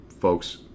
folks